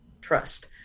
trust